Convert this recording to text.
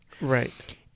right